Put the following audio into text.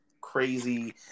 crazy